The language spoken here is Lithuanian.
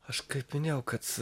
aš kaip minėjau kad